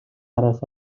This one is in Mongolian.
араас